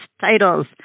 titles